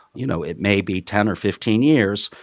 you know, it may be ten or fifteen years,